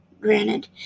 Granted